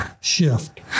shift